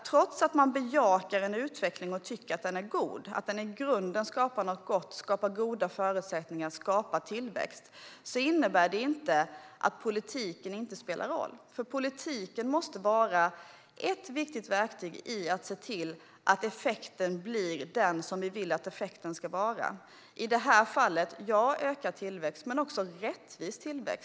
Trots att man bejakar en utveckling och tycker att den är god, att den i grunden skapar något gott - goda förutsättningar och tillväxt - innebär det inte att politiken inte spelar någon roll. Politiken måste vara ett viktigt verktyg för att se till att effekten blir den önskade. I det här fallet handlar det om ökad men också rättvis tillväxt.